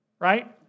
Right